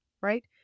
right